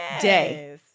day